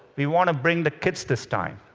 we want to bring the kids this time.